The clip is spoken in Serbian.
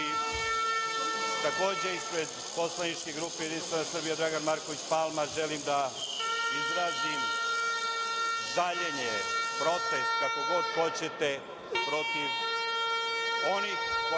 Srbije. Takođe ispred poslaničke grupe Jedinstvena Srbija – Dragan Marković Palma želim da izrazim žaljenje, protest, kako god hoćete, protiv onih kojima